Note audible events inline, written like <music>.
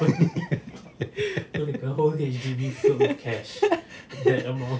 <laughs>